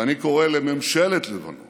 ואני קורא לממשלת לבנון